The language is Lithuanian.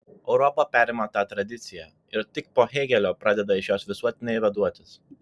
europa perima tą tradiciją ir tik po hėgelio pradeda iš jos visuotinai vaduotis